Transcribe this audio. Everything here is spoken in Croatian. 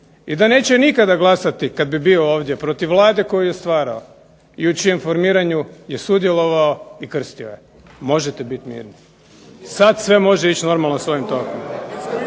i da neće nikada glasati kad bi bio ovdje protiv Vlade koju je stvarao i u čijem formiranju je sudjelovao i krstio je. Možete biti mirni. Sad sve može ići normalno svojim tokom.